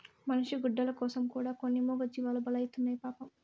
మనిషి గుడ్డల కోసం కూడా కొన్ని మూగజీవాలు బలైతున్నాయి పాపం